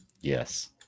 Yes